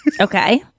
Okay